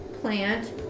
plant